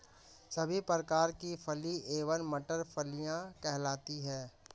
सभी प्रकार की फली एवं मटर फलियां कहलाती हैं